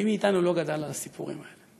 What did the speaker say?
מי מאיתנו לא גדל על הסיפורים האלה.